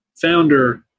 founder